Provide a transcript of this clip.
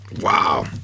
Wow